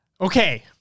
Okay